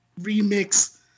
remix